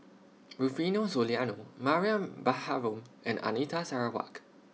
Rufino Soliano Mariam Baharom and Anita Sarawak